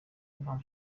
impamo